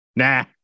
nah